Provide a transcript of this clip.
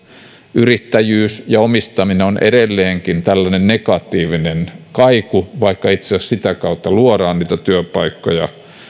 yrittäjyydessä ja omistamisessa on edelleenkin negatiivinen kaiku vaikka itse asiassa sitä kautta luodaan niitä työpaikkoja